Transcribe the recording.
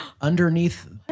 underneath